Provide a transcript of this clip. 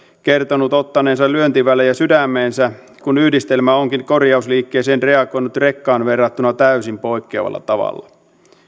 kertonut ottaneensa lyöntivälejä sydämeensä kun yhdistelmä onkin korjausliikkeeseen reagoinut rekkaan verrattuna täysin poikkeavalla tavalla